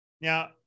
Now